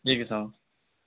ঠিক আছে অঁ